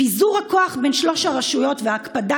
"פיזור הכוח בין שלוש הרשויות וההקפדה